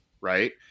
right